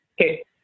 okay